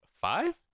five